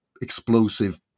explosive